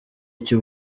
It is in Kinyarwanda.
cy’u